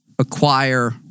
acquire